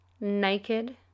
naked